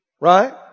Right